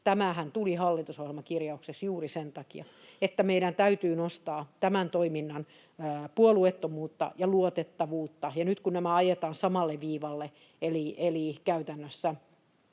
Tämähän tuli hallitusohjelmakirjaukseen juuri sen takia, että meidän täytyy nostaa tämän toiminnan puolueettomuutta ja luotettavuutta, ja nyt kun nämä ajetaan samalle viivalle eli käytännössä